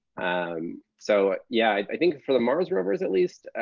um so yeah, i think, for the mars rovers, at least,